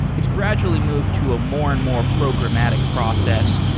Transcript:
it's gradually moved to a more and more programmatic process.